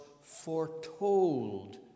foretold